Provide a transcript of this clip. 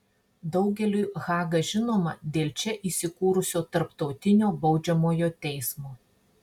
daugeliui haga žinoma dėl čia įsikūrusio tarptautinio baudžiamojo teismo